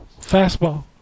Fastball